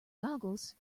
googles